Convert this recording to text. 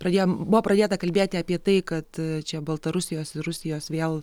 pradėjom buvo pradėta kalbėti apie tai kad čia baltarusijos ir rusijos vėl